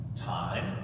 Time